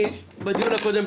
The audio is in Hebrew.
בדיון הקודם,